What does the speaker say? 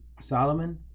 Solomon